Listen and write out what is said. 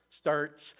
starts